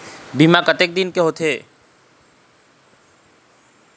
बीमा कतक दिन के होते?